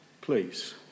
please